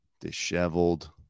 disheveled